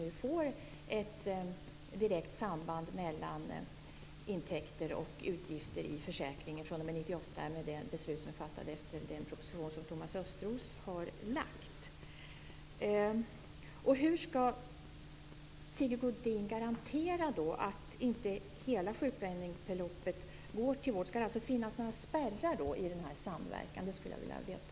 Vi får ju nu ett direkt samband mellan intäkter och utgifter i försäkringen från 1998 med det beslut som är fattat efter den proposition som Thomas Östros har lagt fram. Hur skall Sigge Godin garantera att inte hela sjukpenningbeloppet går till vård? Skall det finnas några spärrar i den här samverkan? Det skulle jag vilja veta.